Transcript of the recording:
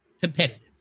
competitive